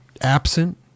absent